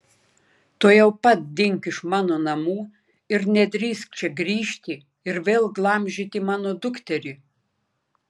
tuojau pat dink iš mano namų ir nedrįsk čia grįžti ir vėl glamžyti mano dukterį